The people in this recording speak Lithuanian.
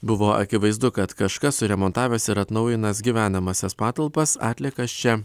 buvo akivaizdu kad kažkas suremontavęs ir atnaujinantis gyvenamąsias patalpas atliekas čia